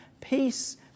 Peace